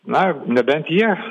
na nebent jie